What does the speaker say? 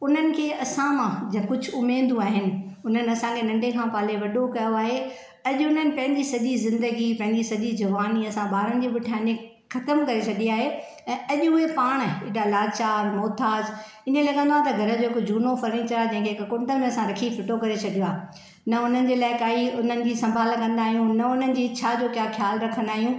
उन्हनि खे असां मां जे कुझु उमेदियूं आहिनि हुननि असांखे नंढे खां पाले वॾो कयो आहे अॼु हुननि पंहिंजी सॼी ज़िंदगी पंहिंजी सॼी जवानी असां ॿारनि जे पुठियां नि ख़तमु करे छॾी आहे ऐं अॼु उहे पाण एॾा लाचार मुहताजु हीअं लगंदो आहे त घर जो हिकु झूनो फर्नीचर आहे जंहिंखे हिकु कुंड में रखी असां फिटो करे छॾियो आहे न हुननि जे लाइ काई हुननि जी सम्भाल कंदा आहियूं न हुननि जी इच्छा जो को ख़्यालु रखंदा आहियूं